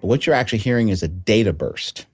what you're actually hearing is a data burst